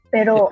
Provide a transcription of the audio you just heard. Pero